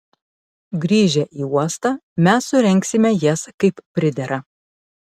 grįžę į uostą mes surengsime jas kaip pridera